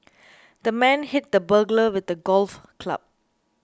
the man hit the burglar with a golf club